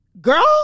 Girl